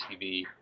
TV